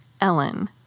Ellen